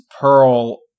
Pearl